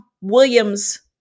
William's